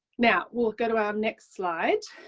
yeah will go to our next slide.